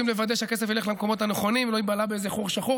אנחנו רוצים לוודא שהכסף ילך למקומות הנכונים ולא ייבלע באיזה חור שחור.